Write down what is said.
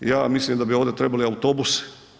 Ja mislim da bi ovdje trebali autobusi.